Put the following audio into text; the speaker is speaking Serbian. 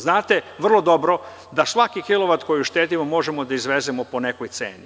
Znate vrlo dobro da svaki kilovat koji uštedimo možemo da izvezemo po nekoj ceni.